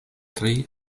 tri